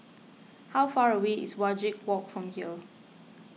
how far away is Wajek Walk from here